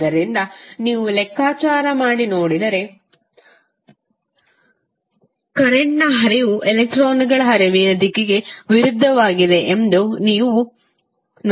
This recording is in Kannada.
ಆದ್ದರಿಂದ ನೀವು ಲೆಕ್ಕಾಚಾರ ಮಾಡಿ ನೋಡಿದರೆ ಕರೆಂಟ್ ಹರಿವು ಎಲೆಕ್ಟ್ರಾನ್ಗಳ ಹರಿವಿನ ದಿಕ್ಕಿಗೆ ವಿರುದ್ಧವಾಗಿರುತ್ತದೆ ಎಂದು ನೀವು ನೋಡುತ್ತೀರಿ